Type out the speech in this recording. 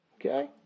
Okay